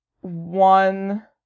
one